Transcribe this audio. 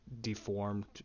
deformed